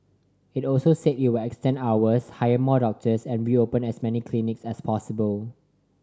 it also said it will extend hours hire more doctors and reopen as many clinics as possible